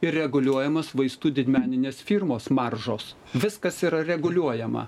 ir reguliuojamos vaistų didmeninės firmos maržos viskas yra reguliuojama